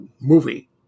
movie